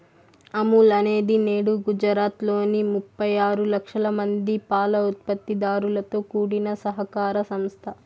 అమూల్ అనేది నేడు గుజరాత్ లోని ముప్పై ఆరు లక్షల మంది పాల ఉత్పత్తి దారులతో కూడిన సహకార సంస్థ